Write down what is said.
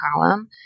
column